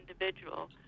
individual